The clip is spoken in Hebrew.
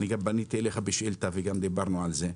פניתי אליך בשאילתה וגם דיברנו על זה.